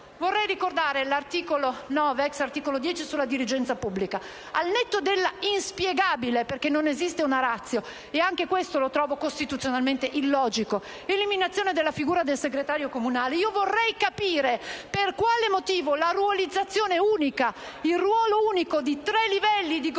vorrei ricordare l'articolo 9, ex articolo 10 sulla dirigenza pubblica. Al netto della inspiegabile eliminazione - non esiste una *ratio* e anche questo lo trovo costituzionalmente illogico - della figura del segretario comunale, vorrei capire per quale motivo il ruolo unico di tre livelli di Governo e